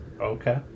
Okay